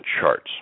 charts